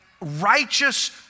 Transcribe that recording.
righteous